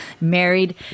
Married